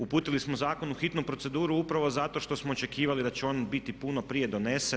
Uputili smo zakon u hitnu proceduru upravo zato što smo očekivali da će on biti puno prije donesen.